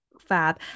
fab